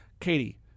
Katie